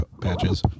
patches